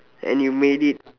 and you made it